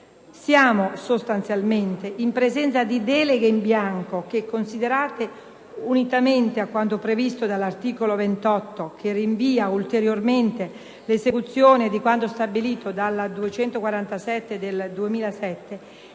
Siamo sostanzialmente in presenza di deleghe in bianco che, considerate unitamente a quanto previsto dall'articolo 28, che rinvia ulteriormente l'esecuzione di quanto stabilito dalla legge n. 247 del 2007,